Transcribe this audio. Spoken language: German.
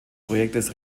projekts